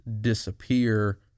disappear